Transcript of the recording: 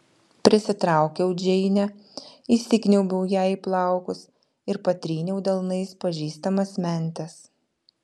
prisitraukiau džeinę įsikniaubiau jai į plaukus ir patryniau delnais pažįstamas mentes